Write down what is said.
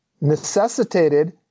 necessitated